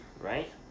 right